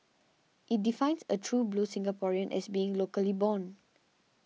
it defines a true blue Singaporean as being locally born